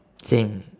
same